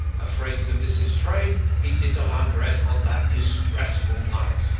afraid to miss his train, he did not undress on that distressful night.